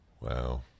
Wow